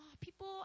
people